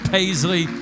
Paisley